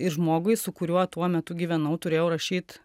ir žmogui su kuriuo tuo metu gyvenau turėjau rašyt